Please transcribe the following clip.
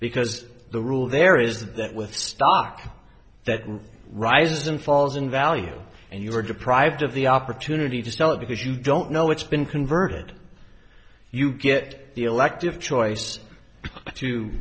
because the rule there is that with stock that rate rises and falls in value and you are deprived of the opportunity to sell it because you don't know it's been converted you get the elective choice to